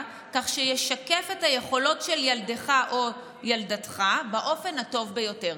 כך שישקף את היכולות של ילדך או ילדתך באופן הטוב ביותר?